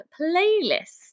playlist